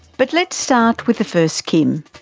but let's start with the first kim.